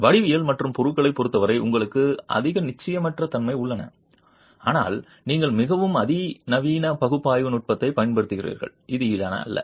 வடிவியல் மற்றும் பொருளைப் பொருத்தவரை உங்களுக்கு அதிக நிச்சயமற்ற தன்மைகள் உள்ளன ஆனால் நீங்கள் மிகவும் அதிநவீன பகுப்பாய்வு நுட்பத்தைப் பயன்படுத்துகிறீர்கள் இது ஈடான அல்ல